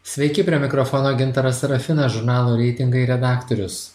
sveiki prie mikrofono gintaras sarafinas žurnalo reitingai redaktorius